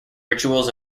rituals